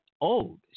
old